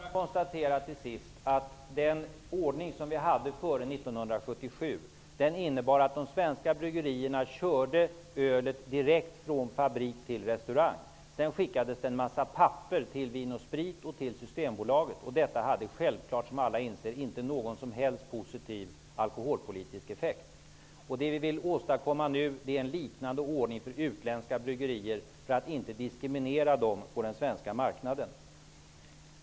Fru talman! Låt mig för det första konstatera att den ordning som vi hade före 1977 innebar att de svenska bryggerierna körde ölet direkt från fabrik till restaurang. Sedan skickades det en massa papper till Vin & Sprit och till Systembolaget. Som alla inser hade detta självklart inte någon som helst positiv alkoholpolitisk effekt. Nu vill vi åstadkomma en liknande ordning för utländska bryggerier som den som gäller för de svenska, så att de inte skall diskrimineras på den svenska marknaden.